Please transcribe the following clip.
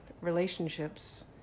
relationships